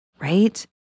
right